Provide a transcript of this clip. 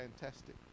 fantastic